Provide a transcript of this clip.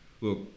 look